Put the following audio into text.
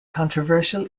controversial